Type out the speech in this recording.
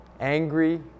angry